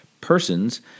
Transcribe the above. persons